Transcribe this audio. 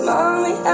Mommy